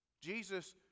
Jesus